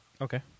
Okay